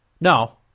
No